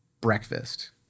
breakfast